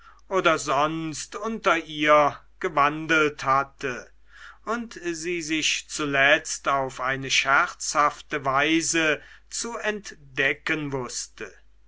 oder sonst unter ihr gewandelt hatte und sie sich zuletzt auf eine scherzhafte weise zu entdecken wußte